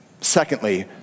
Secondly